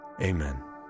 amen